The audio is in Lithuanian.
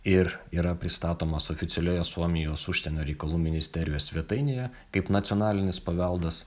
ir yra pristatomas oficialioje suomijos užsienio reikalų ministerijos svetainėje kaip nacionalinis paveldas